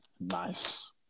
Nice